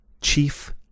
Chief